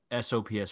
SOPS